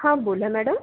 हा बोला मॅडम